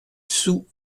sous